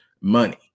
money